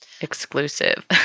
exclusive